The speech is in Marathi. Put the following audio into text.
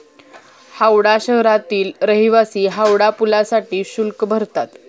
हावडा शहरातील रहिवासी हावडा पुलासाठी शुल्क भरतात